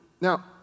Now